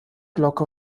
glocke